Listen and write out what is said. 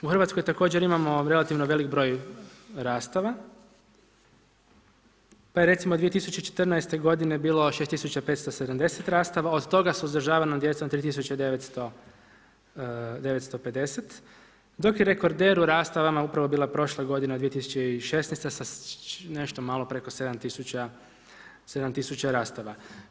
U Hrvatskoj također imamo relativno velik broj rastava, pa je recimo 2014. godine bilo 6570 rastava, od toga s uzdržavanom djecom 3950, dok je rekorder u rastavama upravo bila prošla godina 2016. sa nešto malo preko 7 tisuća rastava.